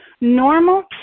normal